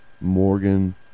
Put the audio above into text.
Morgan